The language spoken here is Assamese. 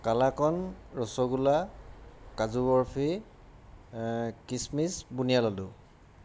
কালাকান ৰসগোল্লা কাজু বৰফি কিছমিচ বুনিয়া লাডু